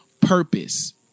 purpose